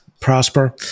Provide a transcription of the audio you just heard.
prosper